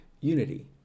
unity